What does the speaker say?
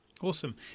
Awesome